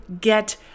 get